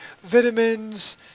vitamins